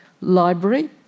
library